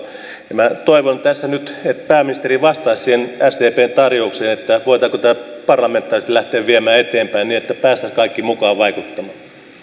minä toivon tässä nyt nyt että pääministeri vastaisi siihen sdpn tarjoukseen voidaanko tätä parlamentaarisesti lähteä viemään eteenpäin niin että päästäisiin kaikki mukaan vaikuttamaan